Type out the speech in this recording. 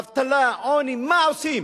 אבטלה, עוני, מה עושים?